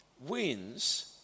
wins